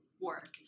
work